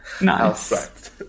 Nice